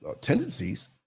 tendencies